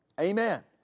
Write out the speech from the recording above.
Amen